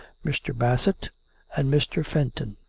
mr. bassett and mr. fenton.